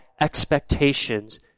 expectations